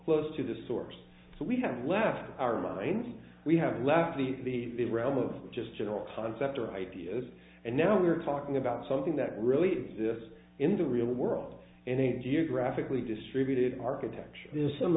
close to the source so we have left our minds we have left the realm of just general concepts or ideas and now we're talking about something that really this in the real world and you graphically distributed architecture there's some